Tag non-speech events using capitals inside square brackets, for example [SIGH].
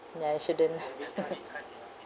ya you shouldn't [LAUGHS]